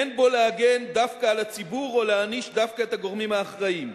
אין בו להגן דווקא על הציבור או להעניש דווקא את הגורמים האחראים.